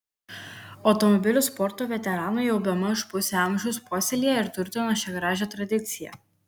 automobilių sporto veteranai jau bemaž pusę amžiaus puoselėja ir turtina šią gražią tradiciją